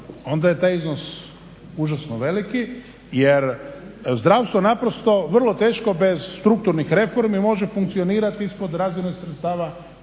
onda je taj iznos užasno veliki jer zdravstvo naprosto vrlo teško bez strukturnih reformi može funkcionirati ispod razine sredstava